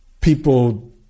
people